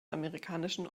amerikanischen